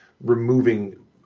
removing